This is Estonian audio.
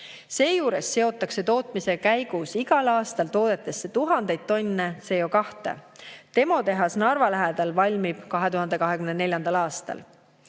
Seejuures seotakse tootmise käigus igal aastal toodetesse tuhandeid tonne CO2. Demotehas Narva lähedal valmib 2024. aastal.